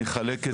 אני אחלק את זה.